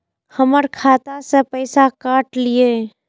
हमर खाता से पैसा काट लिए?